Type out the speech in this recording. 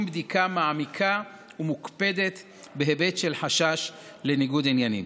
בדיקה מעמיקה ומוקפדת בהיבט של חשש לניגוד עניינים.